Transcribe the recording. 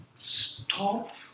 Stop